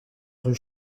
rue